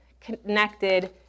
connected